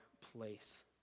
place